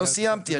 לא סיימתי.